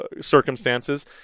circumstances